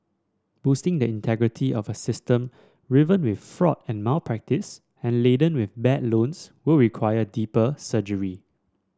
boosting the integrity of a system riven with fraud and malpractice and laden with bad loans will require deeper surgery